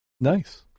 Nice